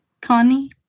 Connie